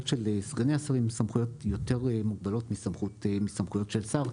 של סגני השרים הן סמכויות יותר מוגבלות מסמכויות של שר.